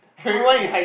how the